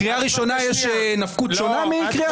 בקריאה הראשונה יש נפקות שונה מהקריאה השנייה?